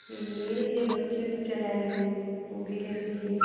ले लीजिए बच्चे भी चलाएँगे वह भी ले लीजिए